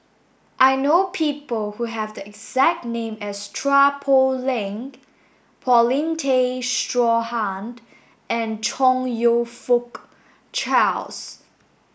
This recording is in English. I know people who have the exact name as Chua Poh Leng Paulin Tay Straughan and Chong You Fook Charles